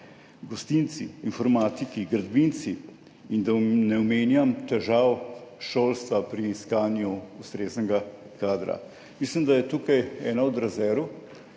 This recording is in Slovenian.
gostinci, informatiki, gradbinci, da ne omenjam težav šolstva pri iskanju ustreznega kadra, mislim, da je namreč tukaj ena od rezerv,